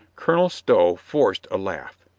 colonel stow forced a laugh.